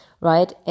right